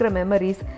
memories